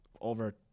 over